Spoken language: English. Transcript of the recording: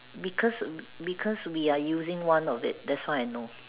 because because we are using one of it that's why I know